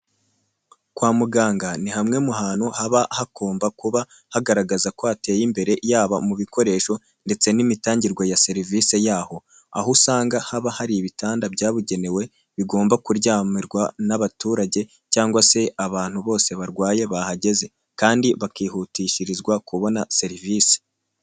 Kwa muganga ni hamwe mu hantu haba hagomba kuba hagaragaza ko hateye imbere yaba mu bikoresho ndetse n'imitangirwe ya serivise yaho. Aho usanga haba hari ibitanda byabugenewe bigomba kuryamirwa n'abaturage cyangwa se abantu bose barwaye bahageze, kandi bakihutishirizwa kubona serivise.